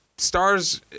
Stars